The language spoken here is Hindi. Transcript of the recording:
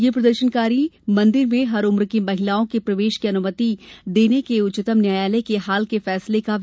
यह प्रदर्शनकारी मंदिर में हर उम्र की महिलाओं के प्रवेश की अनुमति देने के उच्चतम न्यायालय के हाल के फैसले का विरोध कर रहे हैं